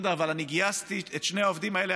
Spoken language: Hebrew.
אבל אני גייסתי את שני העובדים האלה.